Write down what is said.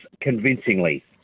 convincingly